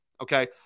Okay